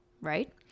right